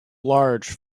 large